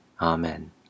Amen